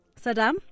Saddam